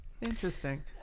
Interesting